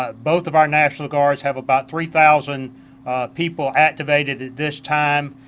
ah both of our national guards have about three thousand people activated at this time.